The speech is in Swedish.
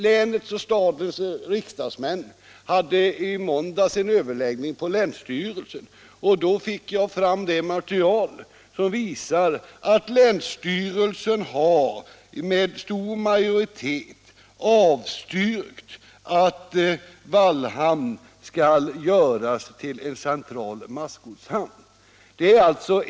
Länets och stadens riksdagsmän hade i måndags en överläggning på länsstyrelsen, och då fick jag material som visar att länsstyrelsen med stor majoritet har avstyrkt att Wallhamn skall göras till en central massgodshamn.